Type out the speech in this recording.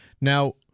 Now